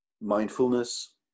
mindfulness